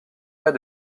pas